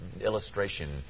illustration